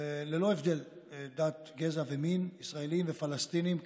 שניים מתנגדים.